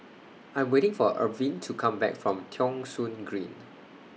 I Am waiting For Irvine to Come Back from Thong Soon Green